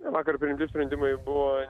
vakar priimti sprendimai buvo